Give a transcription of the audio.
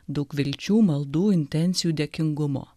daug vilčių maldų intencijų dėkingumo